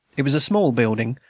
it was a small building,